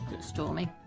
Stormy